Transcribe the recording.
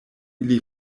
ili